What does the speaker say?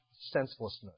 senselessness